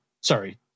sorry